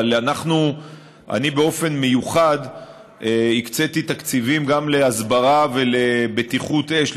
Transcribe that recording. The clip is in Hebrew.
אבל אני באופן מיוחד הקציתי תקציבים גם להסברה ולבטיחות אש,